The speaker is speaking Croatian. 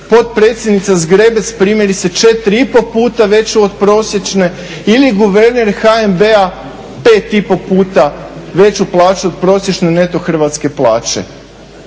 potpredsjednica Zgrebec primjerice četiri i pol puta veću od prosječne ili guverner HNB-a pet i pol puta veću plaću od prosječne neto hrvatske plaće?